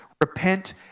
repent